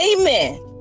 amen